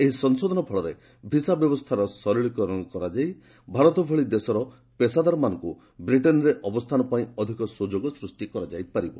ଏହି ସଂଶୋଧନ ଫଳରେ ଭିସା ବ୍ୟବସ୍ଥାର ସରଳୀକରଣ କରାଯାଇ ଭାରତ ଭଳି ଦେଶର ପେଷାଦାରମାନଙ୍କୁ ବ୍ରିଟେନ୍ରେ ଅବସ୍ଥାନ ପାଇଁ ଅଧିକ ସୁଯୋଗ ସୃଷ୍ଟି କରାଯାଇପାରିବ